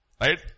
Right